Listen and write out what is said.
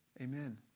Amen